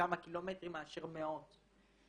כמה קילומטרים מאשר מאות.